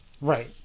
Right